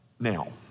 Now